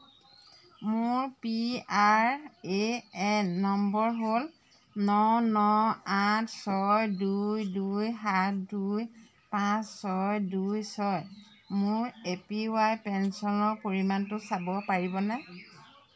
মোৰ P R A N number হ'ল ন ন আঠ ছয় দুই দুই সাত দুই পাঁচ ছয় দুই ছয় মোৰ এ পি ৱাই পেঞ্চনৰ পৰিমাণটো চাব পাৰিবনে